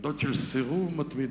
עמדות של סירוב מתמיד,